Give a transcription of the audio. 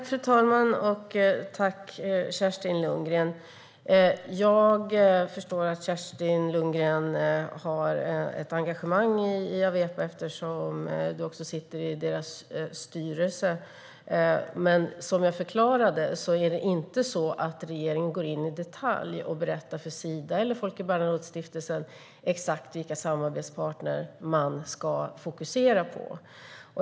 Fru talman! Jag förstår att Kerstin Lundgren har ett engagemang i Awepa eftersom hon också sitter i styrelsen. Men som jag förklarade går regeringen inte in i detalj och berättar för Sida eller för Folke Bernadotte-stiftelsen exakt vilka samarbetspartner man ska fokusera på.